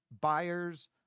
buyers